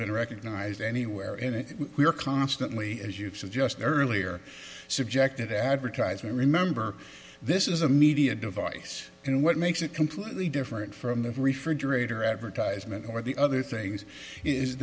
recognized anywhere and we are constantly as you said just earlier subjected advertisement remember this is a media device and what makes it completely different from the refrigerator advertisement or the other things is